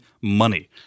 money